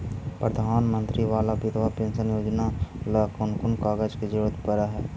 प्रधानमंत्री बाला बिधवा पेंसन योजना ल कोन कोन कागज के जरुरत पड़ है?